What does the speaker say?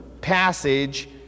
passage